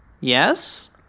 Yes